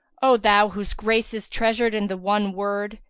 o thou whose grace is treasured in the one word,